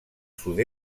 sud